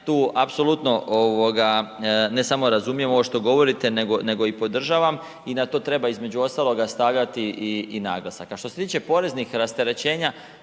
tu apsolutno ne samo razumijem ovo što govorite nego i podržavam i na to treba između ostaloga stavljati i naglasak. A što se tiče poreznih rasterećenja,